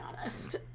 honest